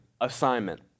assignment